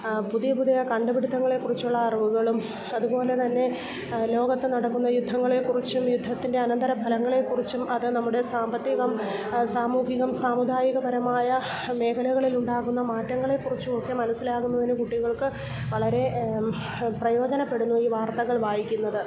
പുതിയപുതിയ കണ്ടുപിടുത്തങ്ങളെ കുറിച്ചുള്ള അറിവുകളും അതുപോലെത്തന്നെ ലോകത്ത് നടക്കുന്ന യുദ്ധങ്ങളെകുറിച്ചും യുദ്ധത്തിൻ്റെ അനന്തര ഫലങ്ങളെകുറിച്ചും അത് നമ്മുടെ സാമ്പത്തികം സാമൂഹികം സാമുദായികപരമായ മേഖലകളിൽ ഉണ്ടാകുന്ന മാറ്റങ്ങളെകുറിച്ചും ഒക്കെ മനസ്സിലാകുന്നതിന് കുട്ടികൾക്ക് വളരെ പ്രയോജനപ്പെടുന്നു ഈ വാർത്തകൾ വായിക്കുന്നത്